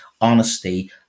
honesty